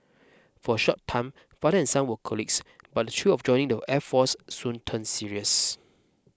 for a short time father and son were colleagues but the thrill of joining the air force soon turn serious